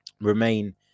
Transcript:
remain